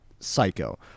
psycho